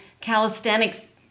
calisthenics